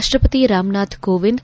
ರಾಷ್ಲಪತಿ ರಾಮನಾಥ್ ಕೋವಿಂದ್